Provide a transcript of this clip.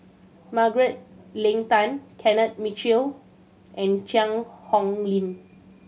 Margaret Leng Tan Kenneth Mitchell and Cheang Hong Lim